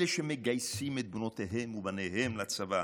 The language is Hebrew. אלה שמגייסים את בנותיהם ובניהם לצבא,